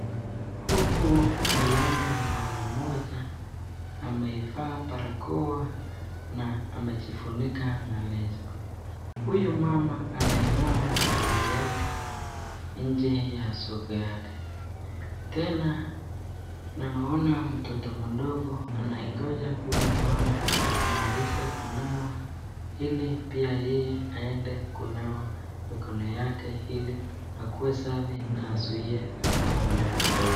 Huku naiona mama mmoja ameivaa barakoa na amejifunika na leso. Huyu mama anainawa mikono yake nje ya soko yake. Tena ninaona mtoto mdogo anayengoja huyu mama amalize kunawa ili pia yeye aende kunawa mikono yake, ili akuwe safi na azuie magonjwa tofauti.